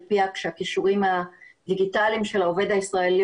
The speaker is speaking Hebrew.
PIACשהכישורים הדיגיטליים של העובד הישראלי,